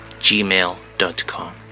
gmail.com